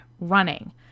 running